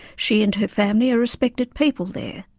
she and her family are respected people there.